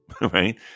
right